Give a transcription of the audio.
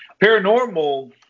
Paranormal